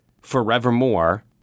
forevermore